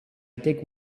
take